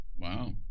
Wow